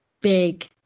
big